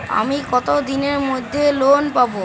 আমি কতদিনের মধ্যে লোন পাব?